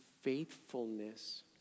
faithfulness